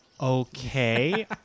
Okay